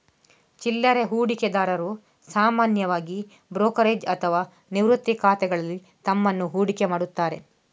ಚಿಲ್ಲರೆ ಹೂಡಿಕೆದಾರರು ಸಾಮಾನ್ಯವಾಗಿ ಬ್ರೋಕರೇಜ್ ಅಥವಾ ನಿವೃತ್ತಿ ಖಾತೆಗಳಲ್ಲಿ ತಮ್ಮನ್ನು ಹೂಡಿಕೆ ಮಾಡುತ್ತಾರೆ